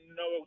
no